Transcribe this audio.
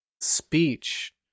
speech